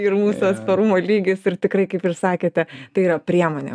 ir mūsų atsparumo lygis ir tikrai kaip ir sakėte tai yra priemonė